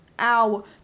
ow